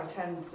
attend